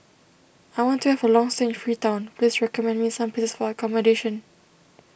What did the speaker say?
I want to have a long stay in Freetown please recommend me some places for accommodation